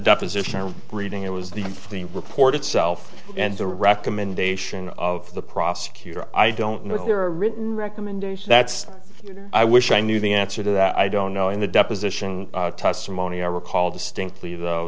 deposition or reading it was the in the report itself and the recommendation of the prosecutor i don't know if there are written recommenders that's i wish i knew the answer to that i don't know in the deposition testimony i recall distinctly though